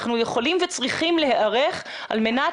אנחנו יכולים וצריכים להיערך על מנת